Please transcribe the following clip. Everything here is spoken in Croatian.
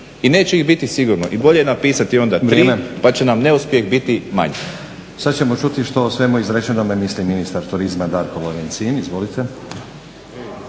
i neće ih biti sigurno, i bolje napisati onda 3, pa će nam neuspjeh biti manji.